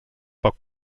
poc